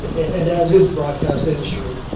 but and as is the broadcast industry.